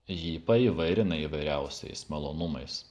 jį paįvairina įvairiausiais malonumais